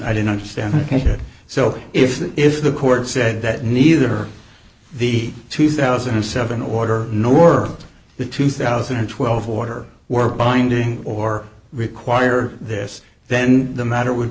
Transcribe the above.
i didn't understand that so if that if the court said that neither the two thousand and seven order nor the two thousand and twelve order were binding or require this then the matter would